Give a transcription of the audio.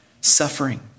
suffering